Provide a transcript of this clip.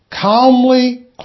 calmly